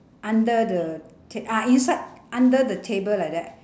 under the t~ ah inside under the table like that